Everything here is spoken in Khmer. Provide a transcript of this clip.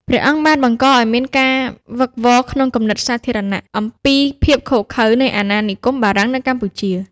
ព្រះអង្គបានបង្កឲ្យមានការវឹកវរក្នុងគំនិតសាធារណៈ អំពីភាពឃោរឃៅនៃអាណានិគមបារាំងនៅកម្ពុជា។